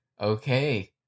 Okay